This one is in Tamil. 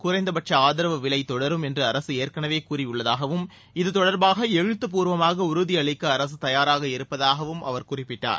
குறைந்தபட்ச ஆதரவு விலை தொடரும் என்று அரசு ஏற்கெனவே கூறியுள்ளதாகவும் இது தொடர்பாக எழுத்துப்பூர்வமாக உறுதி அளிக்க அரசு தயாராக இருப்பதாகவும் அவர் குறிப்பிட்டார்